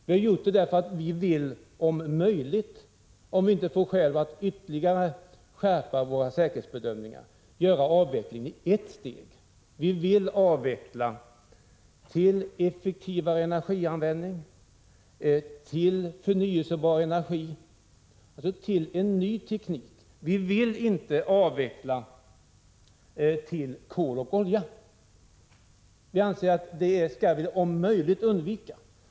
Vi har gjort det därför att vi om möjligt vill göra avvecklingen i ett steg, om vi inte får skäl att ytterligare skärpa våra säkerhetsbedömningar. Vi vill avveckla till effektivare energianvändning, till förnyelsebar energi, alltså till ny teknik. Vi vill inte avveckla till kol och olja. Det skall vi, anser vi, om möjligt undvika.